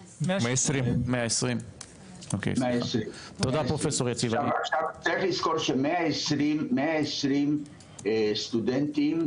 120. 120. עכשיו צריך לזכור ש- 120 סטודנטים,